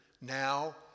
Now